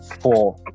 four